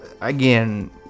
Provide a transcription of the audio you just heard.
Again